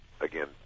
again